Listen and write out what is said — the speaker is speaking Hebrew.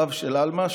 הרב של עלמה,